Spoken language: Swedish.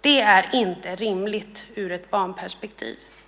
Det är inte rimligt i ett barnperspektiv.